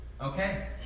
okay